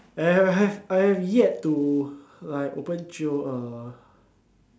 I have I have yet to like open jio uh